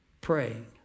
praying